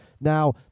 Now